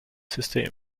system